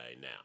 now